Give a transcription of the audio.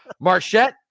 Marchette